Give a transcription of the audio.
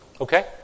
okay